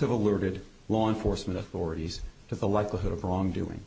have alerted law enforcement authorities to the likelihood of a long doing